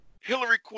Hillary